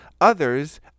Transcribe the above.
others